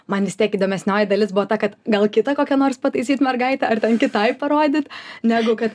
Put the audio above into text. man vis tiek įdomesnioji dalis buvo ta kad gal kitą kokią nors pataisyt mergaitę ar ten kitai parodyt negu kad